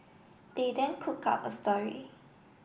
they then cook up a story